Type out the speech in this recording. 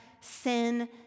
sin